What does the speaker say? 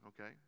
okay